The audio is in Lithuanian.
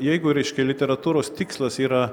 jeigu reiškia literatūros tikslas yra